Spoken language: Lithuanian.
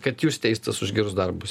kad jūs teistas už gerus darbus